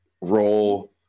role